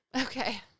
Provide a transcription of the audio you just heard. okay